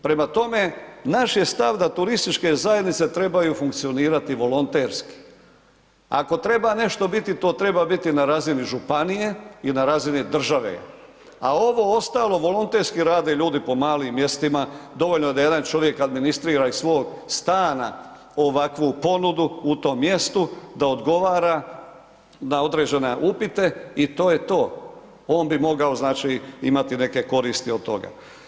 Prema tome, naš je stav da turističke zajednice trebaju funkcionirati volonterski, ako treba nešto biti to treba na razini županije i na razini države, a ovo ostalo volonterski rade ljudi po malim mjestima, dovoljno da jedan čovjek administrira iz svog stana ovakvu ponudu u tom mjestu, da odgovara na određene upite i to je to, on bi mogao znači imati neke koristi od toga.